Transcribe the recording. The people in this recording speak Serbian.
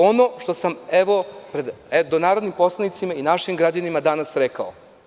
Ono što sam, evo, pred narodnim poslanicima i našim građanima danas rekao.